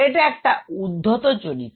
এটা একটা উদ্ধত চরিত্র